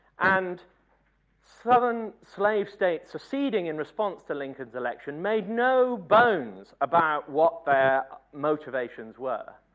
and southern slave states seceding in response to lincoln's election made no bones about what their motivations were.